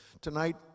Tonight